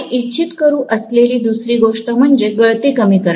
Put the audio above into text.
आम्ही इच्छित करू असलेली दुसरी गोष्ट म्हणजे गळती कमी करणे